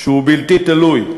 שהוא בלתי תלוי,